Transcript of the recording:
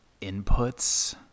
inputs